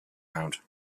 round